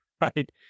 right